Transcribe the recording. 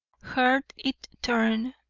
heard it turn,